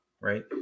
right